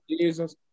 Jesus